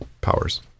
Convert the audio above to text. powers